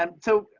um so,